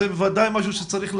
זה בוודאי משהו שצריך להיעשות,